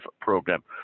program